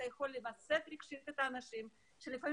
אתה יכול לווסת רגשית את האנשים שלפעמים